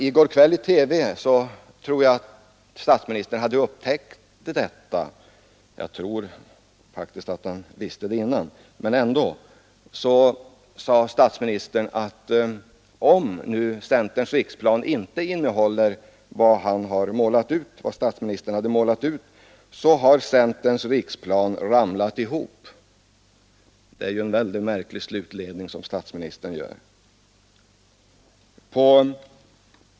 I TV-programmet i går kväll tycktes statsministern ha upptäckt detta — jag tror faktiskt att han visste det innan — ty då sade statsministern att om nu centerns riksplan inte innehåller vad statsministern målat ut, så har centerns riksplan ramlat ihop. Det är ju en väldigt märklig slutledning.